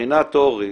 מבחינת אורי,